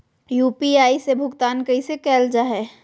UPI से भुगतान कैसे कैल जहै?